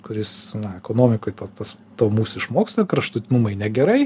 kuris na ekonomikoj tas to mūsų išmoksta kraštutinumai negerai